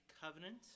covenant